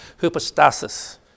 hypostasis